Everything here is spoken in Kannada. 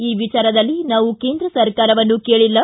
ಈ ವಿಚಾರದಲ್ಲಿ ನಾವು ಕೇಂದ್ರ ಸರ್ಕಾರವನ್ನು ಕೇಳಿಲ್ಲ